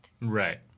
Right